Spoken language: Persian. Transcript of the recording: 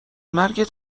مرگت